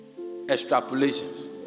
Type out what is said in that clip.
extrapolations